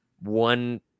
one